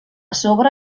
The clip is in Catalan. sobre